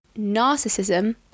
narcissism